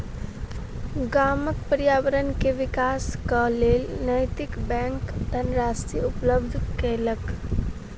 गामक पर्यावरण के विकासक लेल नैतिक बैंक धनराशि उपलब्ध केलक